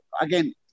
again